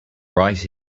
right